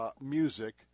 music